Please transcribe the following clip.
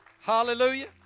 Hallelujah